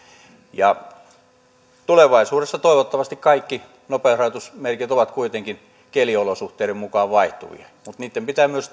tulevaisuudessa toivottavasti kaikki nopeusrajoitusmerkinnät ovat kuitenkin keliolosuhteiden mukaan vaihtuvia mutta niitten pitää myös